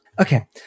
Okay